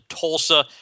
Tulsa